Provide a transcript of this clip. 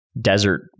Desert